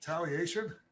Retaliation